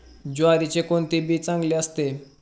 ज्वारीचे कोणते बी चांगले असते?